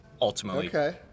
ultimately